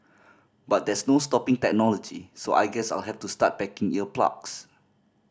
but there's no stopping technology so I guess I'll have to start packing ear plugs